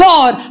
God